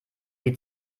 die